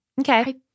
Okay